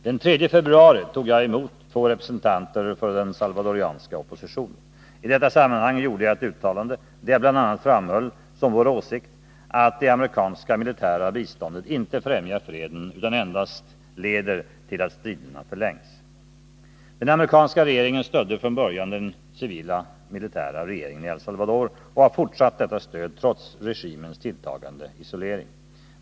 Den 3 februari tog jag emot två representanter för den salvadoranska oppositionen. I detta sammanhang gjorde jag ett uttalande där jag bl.a. framhöll som vår åsikt att det amerikanska militära biståndet inte främjar freden utan endast leder till att striderna förlängs. Den amerikanska regeringen stödde från början den civilmilitära regeringen i El Salvador och har fortsatt detta stöd trots regimens tilltagande isolering.